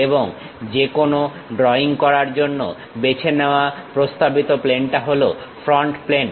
এবং যেকোনো ড্রয়িং করার জন্য বেছে নেওয়া প্রস্তাবিত প্লেনটা হলো ফ্রন্ট প্লেন